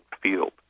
field